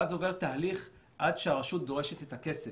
ואז עובר תהליך עד שהרשות דורשת את הכסף.